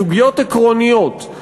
סוגיות עקרוניות,